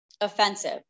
offensive